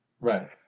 Right